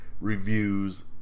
reviews